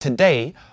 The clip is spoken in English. today